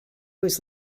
was